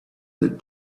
that